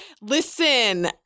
Listen